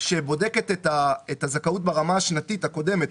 שבודקת את הזכאות ברמה השנתית הקודמת.